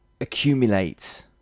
accumulate